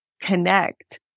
connect